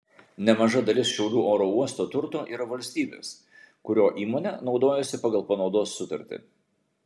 nemaža dalis šiaulių oro uosto turto yra valstybės kuriuo įmonė naudojasi pagal panaudos sutartį